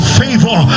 favor